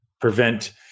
prevent